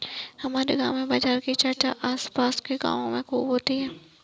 हमारे गांव के बाजार की चर्चा आस पास के गावों में खूब होती हैं